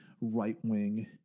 right-wing